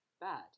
bad